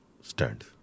stand